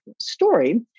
story